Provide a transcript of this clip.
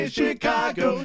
Chicago